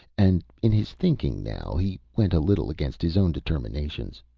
and in his thinking, now, he went a little against his own determinations.